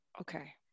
Okay